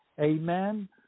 Amen